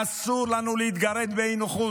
אסור לנו להתגרד באי-נוחות.